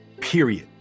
period